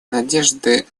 надежды